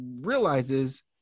realizes